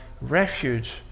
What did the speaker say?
refuge